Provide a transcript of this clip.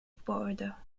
border